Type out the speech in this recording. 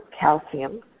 calcium